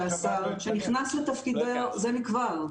השר נכנס לתפקידו זה מכבר.